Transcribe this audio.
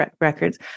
records